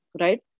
right